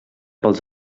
pels